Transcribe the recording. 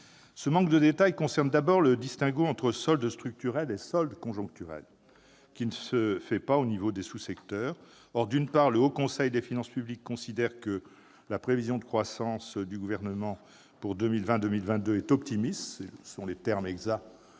Ce manque de détail concerne d'abord la distinction entre solde structurel et solde conjoncturel, qui ne se fait pas au niveau des sous-secteurs. Or, d'une part, le Haut Conseil des finances publiques considère que la prévision de croissance du Gouvernement pour 2020-2022 est « optimiste ». D'autre part,